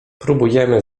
próbujemy